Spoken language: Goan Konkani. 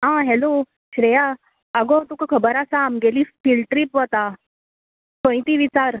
आं हॅलो श्रेया आगो तुका खबर आसा आमगेली फिल्ड ट्रीप वता खंय ती विचार